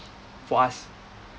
for us